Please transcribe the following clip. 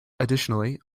additionally